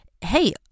hey